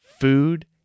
food